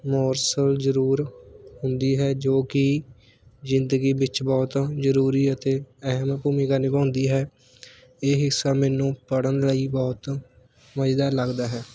ਮੋਰਸਲ ਜ਼ਰੂਰ ਹੁੰਦੀ ਹੈ ਜੋ ਕਿ ਜ਼ਿੰਦਗੀ ਵਿੱਚ ਬਹੁਤ ਜ਼ਰੂਰੀ ਅਤੇ ਅਹਿਮ ਭੂਮਿਕਾ ਨਿਭਾਉਂਦੀ ਹੈ ਇਹ ਹਿੱਸਾ ਮੈਨੂੰ ਪੜ੍ਹਨ ਲਈ ਬਹੁਤ ਮਜ਼ੇਦਾਰ ਲੱਗਦਾ ਹੈ